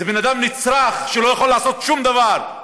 זה בן אדם נצרך שלא יכול לעשות שום דבר.